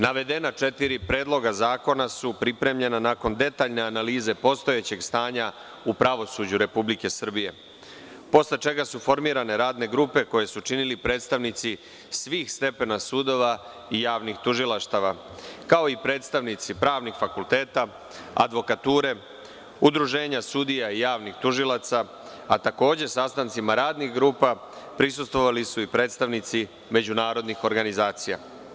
Navedena četiri predloga zakona su pripremljena nakon detaljne analize postojećeg stanja u pravosuđu Republike Srbije posle čega su formirane radne grupe koje su činili predstavnici svih stepena sudova i javnih tužilaštava, kao i predstavnici pravnih fakulteta, advokature, udruženja sudija i javnih tužilaca, a takođe i sastancima radnih grupa prisustvovali su i predstavnici međunarodnih organizacija.